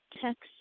text